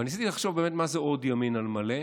אבל ניסיתי לחשוב באמת מה זה עוד ימין על מלא.